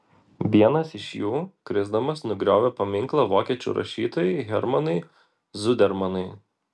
vienas iš jų krisdamas nugriovė paminklą vokiečių rašytojui hermanui zudermanui